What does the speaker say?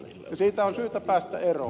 siitä on syytä päästä eroon